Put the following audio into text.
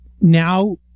now